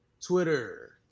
Twitter